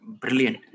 Brilliant